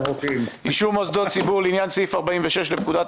אישור מוסדות ציבור לעניין סעיף 46 לפקודת